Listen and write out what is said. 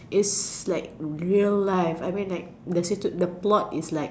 it's like real life I mean like the situ~ the plot it's like